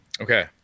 Okay